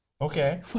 Okay